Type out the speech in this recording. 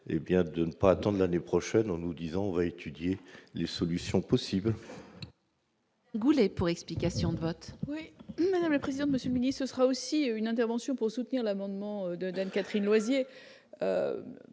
de ne pas attendent l'année prochaine en nous disant : on va étudier les solutions possibles.